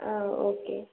ஆ okay